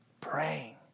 praying